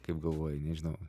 kaip galvoji nežinau